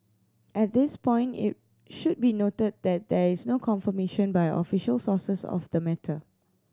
at this point it should be noted that there is no confirmation by official sources of the matter